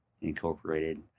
Incorporated